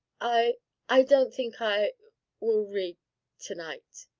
i i don't think i will read to-night!